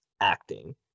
acting